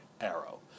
arrow